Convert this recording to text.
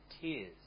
tears